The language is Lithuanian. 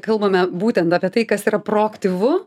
kalbame būtent apie tai kas yra proaktyvu